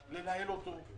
מה קורה בשבועות